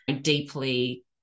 deeply